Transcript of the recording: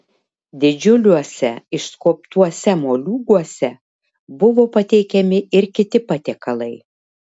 didžiuliuose išskobtuose moliūguose buvo pateikiami ir kiti patiekalai